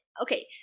Okay